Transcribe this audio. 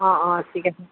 অঁ অঁ ঠিক আছে